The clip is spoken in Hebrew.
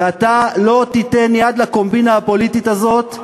ואתה לא תיתן יד לקומבינה הפוליטית הזאת.